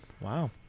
Wow